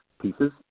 pieces